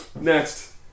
Next